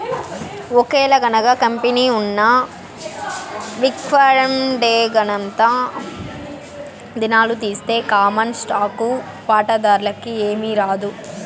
ఒకేలగనక కంపెనీ ఉన్న విక్వడేంగనంతా దినాలు తీస్తె కామన్ స్టాకు వాటాదార్లకి ఏమీరాదు